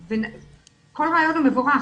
כל רעיון הוא מבורך.